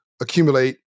accumulate